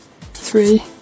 three